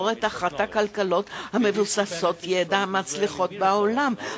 את אחת הכלכלות המבוססות-ידע המצליחות בעולם.